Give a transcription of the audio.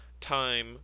time